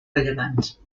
rellevants